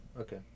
Okay